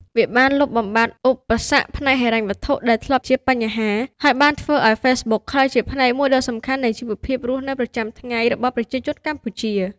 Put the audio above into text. វាបានលុបបំបាត់ឧបសគ្គផ្នែកហិរញ្ញវត្ថុដែលធ្លាប់ជាបញ្ហា ហើយបានធ្វើឲ្យ Facebook ក្លាយជាផ្នែកមួយដ៏សំខាន់នៃជីវភាពរស់នៅប្រចាំថ្ងៃរបស់ប្រជាជនកម្ពុជា។